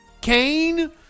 Kane